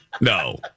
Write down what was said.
no